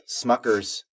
Smuckers